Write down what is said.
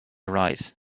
arise